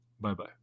Bye-bye